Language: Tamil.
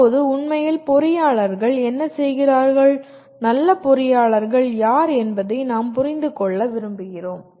இப்போது உண்மையில் பொறியாளர்கள் என்ன செய்கிறார்கள் நல்ல பொறியாளர்கள் யார் என்பதை நாம் புரிந்து கொள்ள விரும்புகிறோம்